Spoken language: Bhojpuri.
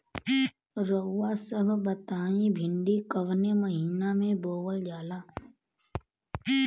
रउआ सभ बताई भिंडी कवने महीना में बोवल जाला?